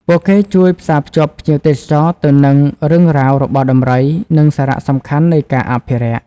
ពួកគេជួយផ្សាភ្ជាប់ភ្ញៀវទេសចរទៅនឹងរឿងរ៉ាវរបស់ដំរី និងសារៈសំខាន់នៃការអភិរក្ស។